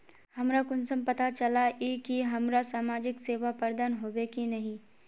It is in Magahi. हमरा कुंसम पता चला इ की हमरा समाजिक सेवा प्रदान होबे की नहीं?